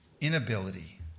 inability